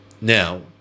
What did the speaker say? Now